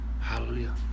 Hallelujah